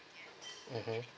mmhmm